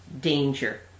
Danger